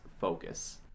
focus